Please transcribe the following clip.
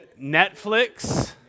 Netflix